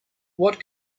what